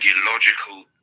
ideological